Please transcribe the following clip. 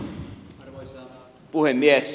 arvoisa puhemies